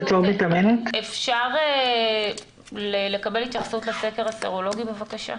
אפשר לקבל התייחסות לסקר הסרולוגי, בבקשה?